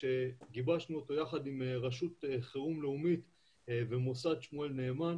שגיבשנו אותו יחד עם רשות חירום לאומית ומוסד שמואל נאמן,